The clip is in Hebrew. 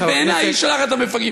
שבעיני היא שולחת את המפגעים,